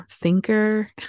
thinker